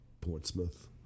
Portsmouth